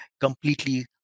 completely